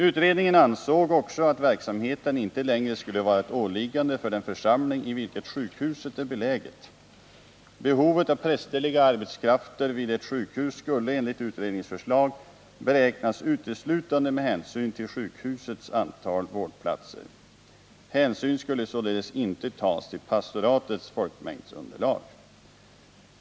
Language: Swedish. Utredningen ansåg också att verksamheten inte längre skulle vara ett åliggande för den församling i vilket sjukhus är beläget. Behovet av prästerliga arbetskrafter vid ett sjukhus skulle, enligt utredningens förslag, beräknas uteslutande med hänsyn till sjukhusets antal vårdplatser. Hänsyn skulle således inte tas till pastoratets folkmängdsunderlag.